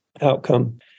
outcome